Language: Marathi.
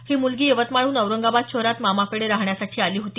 ही मुलगी यवतमाळहून औरंगाबाद शहरात मामाकडे राहण्यासाठी आली होती